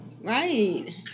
right